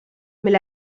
mais